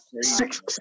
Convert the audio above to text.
Six